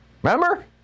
Remember